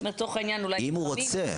ואם לצורך העניין --- אם הוא רוצה.